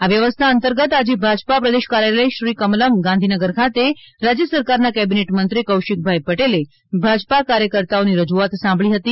આ વ્યવસ્થા અંતર્ગત આજે ભાજપા પ્રદેશ કાર્યાલય શ્રી કમલમ ગાંધીનગર ખાતે રાજ્ય સરકારના કેબનેટ મંત્રી કૌશિકભાઈ પટેલે ભાજપા કાર્યકર્તાઓની રજૂઆત સાંભળી હતી